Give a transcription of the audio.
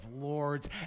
lords